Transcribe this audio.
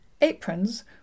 Aprons